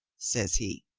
says he,